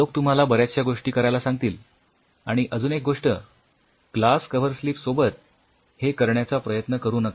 लोक तुम्हाला बऱ्याचश्या गोष्टी करायला सांगतील आणि अजून एक गोष्ट ग्लास कव्हरस्लिप सोबत हे करायचा प्रयत्न करू नका